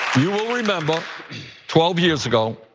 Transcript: you will remember twelve years ago,